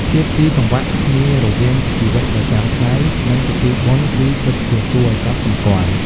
ភាពស៊ីសង្វាក់គ្នារវាងជីវិតប្រចាំថ្ងៃ និងពិធីបុណ្យគឺពិតជាគួរឲ្យកត់សម្គាល់។